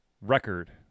record